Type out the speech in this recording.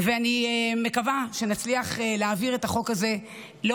ואני מקווה להצליח להעביר את החוק הזה לא